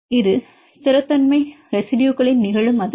இது ஸ்திரத்தன்மை ரெசிடுயுகளின் நிகழ் அதிர்வெண்